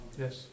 Yes